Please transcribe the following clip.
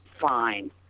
fine